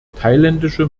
thailändische